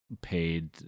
Paid